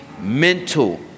mental